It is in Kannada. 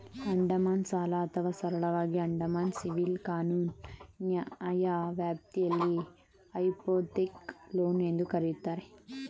ಅಡಮಾನ ಸಾಲ ಅಥವಾ ಸರಳವಾಗಿ ಅಡಮಾನ ಸಿವಿಲ್ ಕಾನೂನು ನ್ಯಾಯವ್ಯಾಪ್ತಿಯಲ್ಲಿ ಹೈಪೋಥೆಕ್ ಲೋನ್ ಎಂದೂ ಕರೆಯುತ್ತಾರೆ